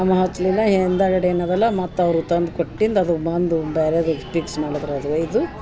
ಅಮ ಹಚ್ಚಲಿಲ್ಲ ಹಿಂದಗಡೆ ಏನದಲ್ಲ ಮತ್ತೆ ಅವರು ತಂದು ಕೊಟ್ಟಿಂದು ಅದು ಬಂದು ಬ್ಯಾರೆದು ಪಿಕ್ಸ್ ಮಾಡದ್ರ ಅದುವೆ ಇದು